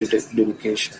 dedication